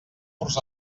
curs